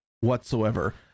whatsoever